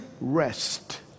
rest